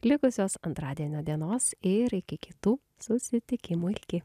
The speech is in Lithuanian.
likusios antradienio dienos ir iki kitų susitikimų iki